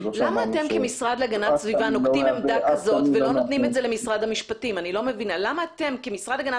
זה לא שאמרנו שאף קמין לא מהווה --- למה אתם כמשרד להגנת